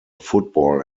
football